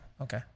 Okay